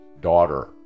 daughter